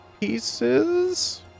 pieces